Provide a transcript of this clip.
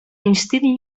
instint